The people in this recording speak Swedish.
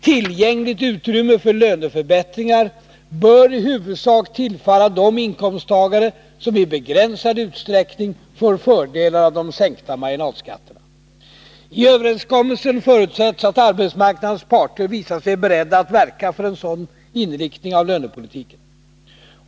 Tillgängligt utrymme för löneförbättringar bör i huvudsak tillfalla de inkomsttagare som i begränsad utsträckning får fördelar av de sänkta marginalskatterna. I överenskommelsen förutsätts att arbetsmarknadens parter visar sig beredda att verka för en sådan inriktning av lönepolitiken.